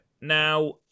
Now